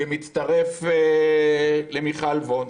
כמצטרף למיכל וונש,